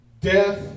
death